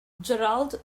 gerald